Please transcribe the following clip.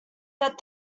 that